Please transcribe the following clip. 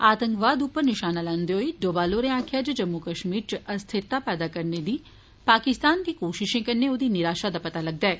आंतकवाद उप्पर निशाना लान्दे हाई डोभाल होरें आखेया जे जम्मू कश्मीर इच आस्थिरता पैदा करने दी पाकिस्तान दी कोशिशें कन्नै ओदी निराशा दा पता लग्गदा ऐ